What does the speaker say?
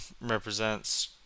represents